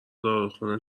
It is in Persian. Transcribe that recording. داروخونه